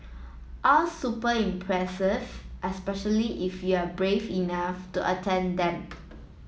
all super impressive especially if you are brave enough to attempt them